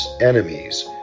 enemies